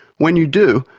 when you do,